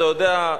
אתה יודע,